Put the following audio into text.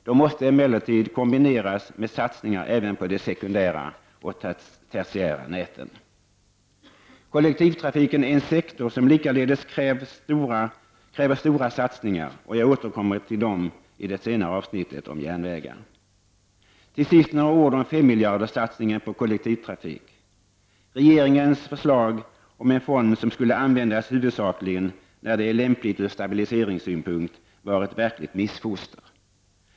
De måste emellertid kombineras med satsningar även på de sekundära och tertiära näten. Kollektivtrafiken är en sektor, som likaledes kräver stora satsningar. Jag återkommer till detta i det senare avsnittet om järnvägar. Till sist några ord om 5-miljarderssatsningen på kollektivtrafik. Regeringens förslag om en fond som skulle användas huvudsakligen när det är lämpligt ur stabiliseringspolitisk synpunkt var ett verkligt missfoster.